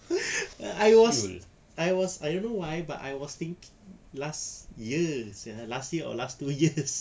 I was I was I don't know why but I was thinking last year sia last year or last two years